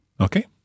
Okay